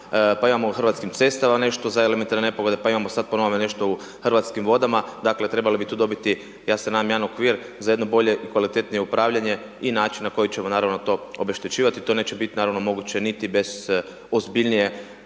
pa imamo u hrvatskim cestama nešto za elementarne nepogode, pa imamo sada po novinom nešto u Hrvatskim vodama, dakle, trebali bi tu dobiti ja se nadam jedan okvir, za jedno bolje, kvalitetnije upravljanje i način na koji ćemo naravno to obeštećivati. To neće biti naravno moguće, niti bez ozbiljnijega